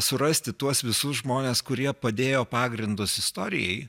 surasti tuos visus žmones kurie padėjo pagrindus istorijai